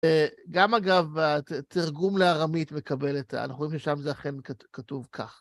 גם אגב, התרגום לארמית מקבל את ה.. אנחנו רואים ששם זה אכן כתוב כך.